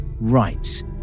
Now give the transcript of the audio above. right